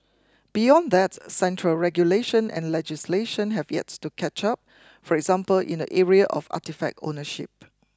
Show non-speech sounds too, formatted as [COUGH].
beyond that central regulation and legislation have yet to catch up [NOISE] for example in the area of artefact ownership